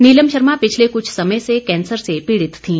नीलम शर्मा पिछले कुछ समय से कैंसर से पीड़ित थीं